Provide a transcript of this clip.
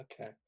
Okay